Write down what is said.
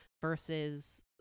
versus